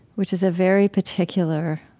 which is a very particular,